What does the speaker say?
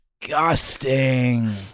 disgusting